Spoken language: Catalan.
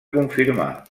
confirmar